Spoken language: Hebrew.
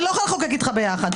אני לא יכולה לחוקק איתך ביחד.